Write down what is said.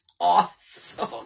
awesome